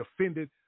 offended